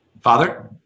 Father